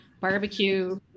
barbecue